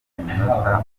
iminota